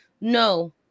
no